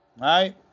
right